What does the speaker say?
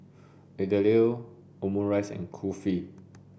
Idili Omurice and Kulfi